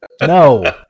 no